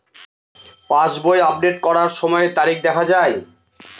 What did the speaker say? পাসবই update করার সময়ে তারিখ দেখা য়ায়?